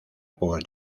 por